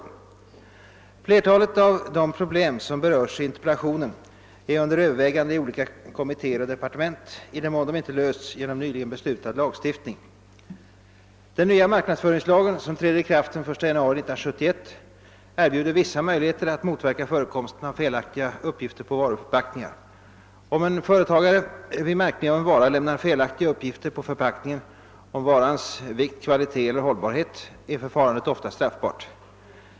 Flertalet av de problem som berörs i interpellationen är under övervägande i olika kommittéer och departement i den mån de inte lösts genom mylgen beslutad lagstiftning. Den nya marknadsföringslagen, som träder i kraft den 1 januari 1971, erbjuder vissa möjligheter att motverka förekomsten av felaktiga uppgifter på varuförpackningar. Om en företagare vid märkning av en vara lämnar felaktiga uppgifter på förpackningen om varans vikt, kvalitet eller hållbarhet är förfarandet ofta straffbart.